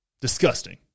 Disgusting